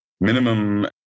Minimum